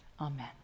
Amen